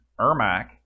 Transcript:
Ermac